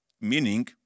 Meaning